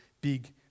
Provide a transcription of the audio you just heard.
big